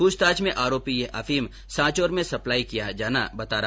प्रछताछ में आरोपी ने यह अफीम सांचौर में सप्लाई किया जाना बताया